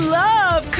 love